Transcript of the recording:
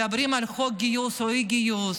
מדברים על חוק גיוס או אי-גיוס,